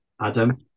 Adam